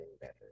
better